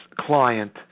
client